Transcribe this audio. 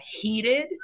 Heated